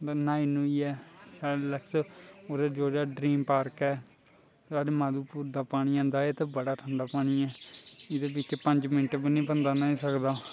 न्हाई न्हूइयै उ'दे ड्रीमपाक ऐ साढ़े माधवपूर दा पानी आंदा ऐ ते बड़ा ठंडा पानी ऐ इ'दे बिच्च पंज मिनट बी नीं बंदा न्हाई सकदा